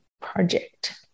project